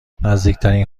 نزدیکترین